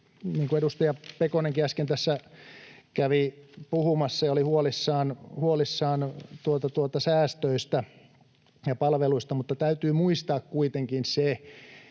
edustaja Pekonenkin kävi äsken tässä puhumassa ja oli huolissaan — säästöjä ja palveluja, niin täytyy muistaa kuitenkin se,